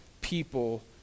people